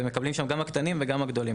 ושם מקבלים גם העסקים הקטנים וגם הגדולים.